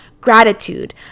gratitude